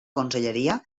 conselleria